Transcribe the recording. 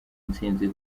intsinzi